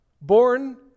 born